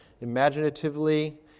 imaginatively